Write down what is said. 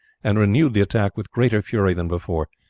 and renewed the attack with greater fury than before.